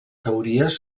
teories